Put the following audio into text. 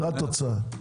זו התוצאה.